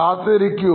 കാത്തിരിക്കൂ